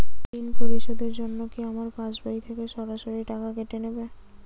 ঋণ পরিশোধের জন্য কি আমার পাশবই থেকে সরাসরি টাকা কেটে নেবে?